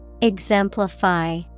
Exemplify